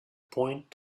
point